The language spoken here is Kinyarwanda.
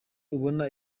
ubona